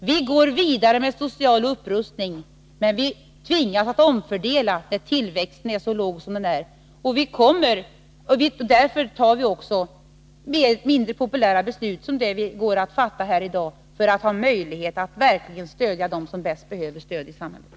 Vi går vidare med social upprustning, men vi tvingas att omfördela, när tillväxten är så låg som den är. Därför fattar vi också mindre populära beslut, som det vi går att fatta här i dag, för att ha möjlighet att verkligen stödja dem som bäst behöver stöd i samhället.